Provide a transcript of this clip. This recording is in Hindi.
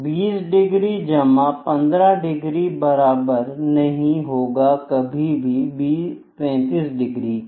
20 degree जमा 15 डिग्री बराबर नहीं होगा कभी भी 35 डिग्री के